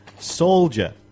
Soldier